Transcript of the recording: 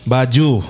Baju